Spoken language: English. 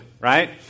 right